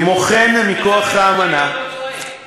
כמו כן, מכוח האמנה, אתה שם לב שאני לא צועק.